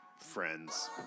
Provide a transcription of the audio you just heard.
Friends